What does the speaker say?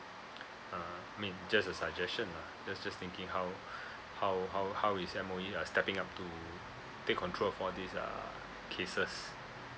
uh I mean just a suggestion lah just just thinking how how how how is M_O_E uh stepping up to take control of all this err cases